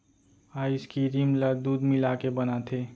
ice cream ल दूद मिलाके बनाथे